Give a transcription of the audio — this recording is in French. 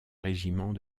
régiment